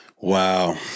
Wow